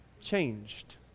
changed